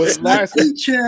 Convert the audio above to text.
last